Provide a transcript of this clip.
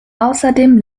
außerdem